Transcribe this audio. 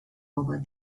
over